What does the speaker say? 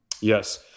Yes